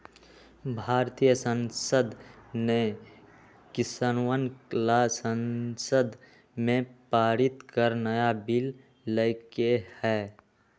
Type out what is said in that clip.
भारतीय संसद ने किसनवन ला संसद में पारित कर नया बिल लय के है